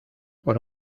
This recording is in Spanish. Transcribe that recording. por